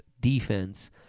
defense